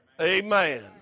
Amen